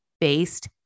based